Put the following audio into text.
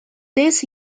this